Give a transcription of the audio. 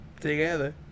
together